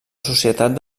societat